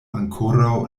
ankoraŭ